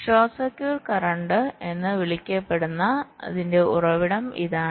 short circuit current എന്ന് വിളിക്കപ്പെടുന്നതിന്റെ ഉറവിടം ഇതാണ്